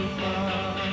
far